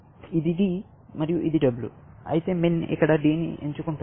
ఇది D ఇది W min ఇక్కడ D ని ఎన్నుకుంటుంది